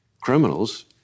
criminals